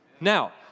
Now